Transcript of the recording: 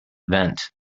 event